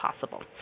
possible